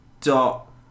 dot